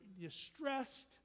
distressed